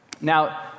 Now